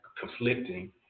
conflicting